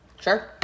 sure